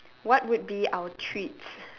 what would be our treats